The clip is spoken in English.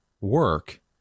work